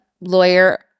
lawyer